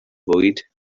fwyd